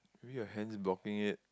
maybe your hands blocking it